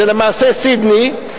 זה למעשה סידני,